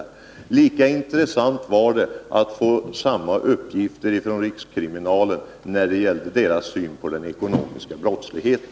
Lika intressant var det att få uppgifter från rikskriminalen när det gäller synen på den ekonomiska brottsligheten.